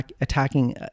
attacking